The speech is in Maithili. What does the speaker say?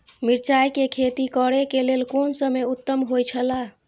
मिरचाई के खेती करे के लेल कोन समय उत्तम हुए छला?